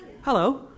Hello